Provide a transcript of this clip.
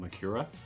Makura